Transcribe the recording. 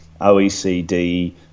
OECD